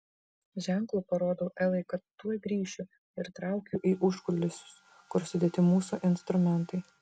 ženklu parodau elai kad tuoj grįšiu ir traukiu į užkulisius kur sudėti mūsų instrumentai